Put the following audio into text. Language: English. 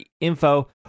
info